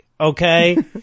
Okay